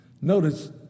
Notice